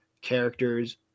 characters